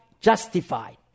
Justified